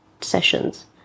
sessions